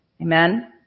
amen